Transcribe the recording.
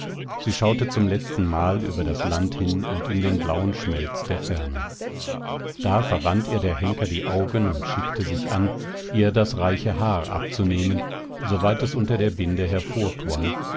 sie schaute zum letztenmal über das land hin und in den blauen schmelz der ferne da verband ihr der henker die augen und schickte sich an ihr das reiche haar abzunehmen soweit es unter der binde